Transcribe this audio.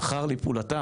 השכר לפעולתה,